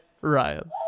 Ryan